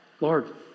Lord